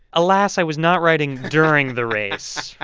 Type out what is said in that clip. alas, i was not riding during the race.